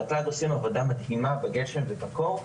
רט"ג עושים עבודה מדהימה בגשם ובקור,